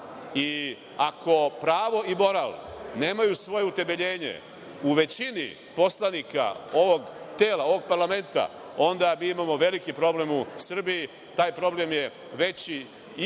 i ako pravo i moral nemaju svoje utemeljenje u većini poslanika ovog tela, ovog parlamenta, onda mi imamo veliki problem u Srbiji. Taj problem je veći i od